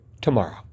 tomorrow